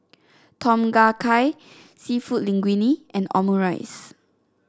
Tom Kha Gai seafood Linguine and Omurice